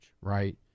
right